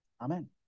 Amen